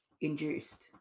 induced